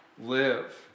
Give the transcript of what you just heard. live